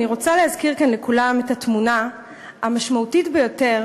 אני רוצה להזכיר כאן לכולם את התמונה המשמעותית ביותר